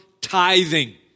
tithing